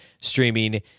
streaming